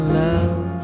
love